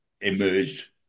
emerged